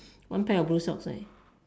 one pair of blue socks right